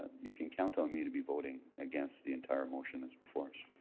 um you can count on me to be voting against the entire motion as before us.